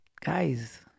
guys